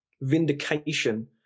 vindication